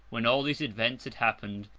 when all these events had happened,